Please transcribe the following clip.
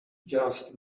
just